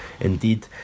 indeed